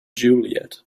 juliet